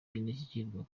by’indashyikirwa